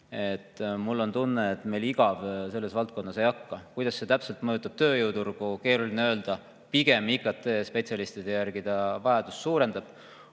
Mul on tunne, et meil igav selles valdkonnas ei hakka. Kuidas see täpselt mõjutab tööjõuturgu, on keeruline öelda. Pigem vajadust IKT‑spetsialistide järgi ta suurendab,